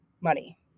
money